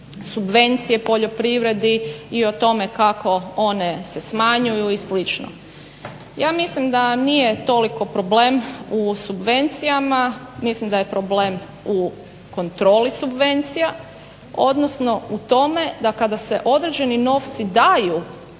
subvencije poljoprivredi i o tome kako one se smanjuju i slično. Ja mislim da nije toliko problem u subvencijama, mislim da je problem u kontroli subvencija, odnosno u tome da kada se određeni novci daju